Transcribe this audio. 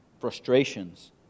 frustrations